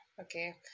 okay